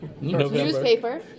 newspaper